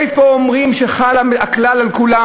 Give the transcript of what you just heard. איפה אומרים שהכלל חל על כולם?